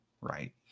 Right